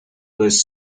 less